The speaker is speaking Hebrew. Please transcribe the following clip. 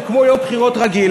זה כמו יום בחירות רגיל,